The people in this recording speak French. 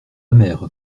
mère